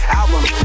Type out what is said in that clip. album